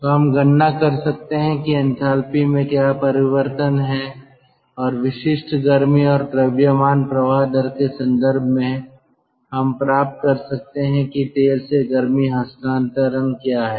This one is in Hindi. तो हम गणना कर सकते हैं कि एंथैल्पी में क्या परिवर्तन है और विशिष्ट गर्मी और द्रव्यमान प्रवाह दर के संदर्भ में हम प्राप्त कर सकते हैं कि तेल से गर्मी हस्तांतरण क्या है